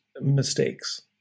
mistakes